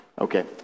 Okay